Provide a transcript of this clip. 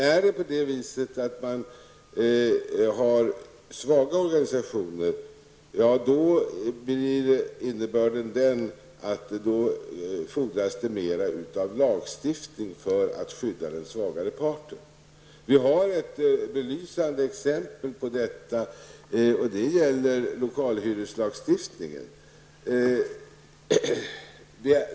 Om organisationerna är svaga, fordras det mer av lagstiftning för att man skall kunna skydda den svagare parten. Vi har här ett belysande exempel, och det gäller lokalhyreslagstiftningen.